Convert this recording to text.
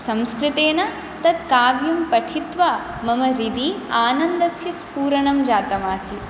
संस्कृतेन तत् काव्यं पठित्वा मम हृदि आनन्दस्य स्फुरणं जातम् आसीत्